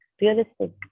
realistic